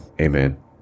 amen